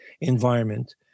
environment